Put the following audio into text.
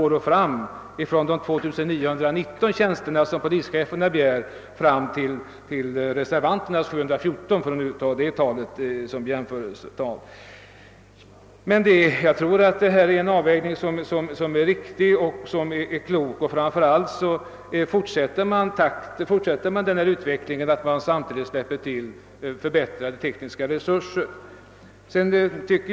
Polischeferna har begärt 2919 tjänster och reservanterna har begärt 714 för att nu använda det som jämförelsetal. Men jag tror att vårt förslag innebär en riktig och klok avvägning, framför allt som man fortsätter att släppa till förbättrade tekniska resurser.